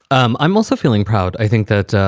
um i'm also feeling proud. i think that,